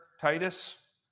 Titus